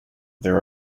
there